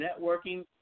Networking